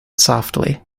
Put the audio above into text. softly